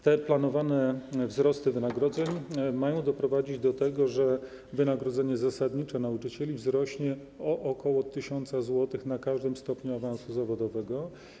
Te planowane wzrosty wynagrodzeń mają doprowadzić do tego, że wynagrodzenie zasadnicze nauczycieli wzrośnie o ok. 1 tys. zł na każdym stopniu awansu zawodowego.